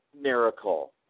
miracle